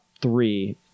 three